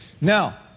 Now